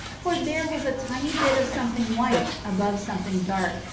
for there was a tiny bit of something white above something dark,